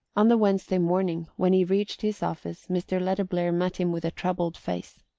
on the wednesday morning, when he reached his office, mr. letterblair met him with a troubled face.